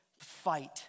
Fight